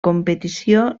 competició